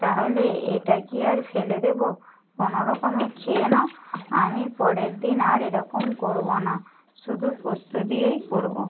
তাহলে এটা কি আর ফেলে দেবো কোনো রকমে খেয়ে নাও আমি পরের দিন আর এরকম করবো না শুধু পোস্ত দিয়েই করবো